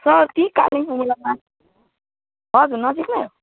sir त्यहीँ कालिम्पोङ उयोमा हजुर नजिकै हो